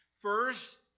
First